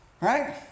right